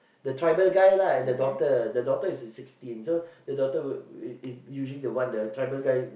the tribal guy lah and the daughter the daughter is like sixteen so the daughter will is would usually the one that the tribal guy would